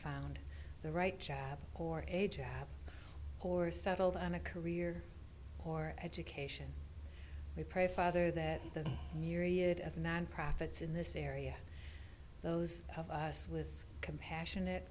found the right job or a job or settled on a career or education we pray father that the myriad of nonprofits in this area those of us was compassionate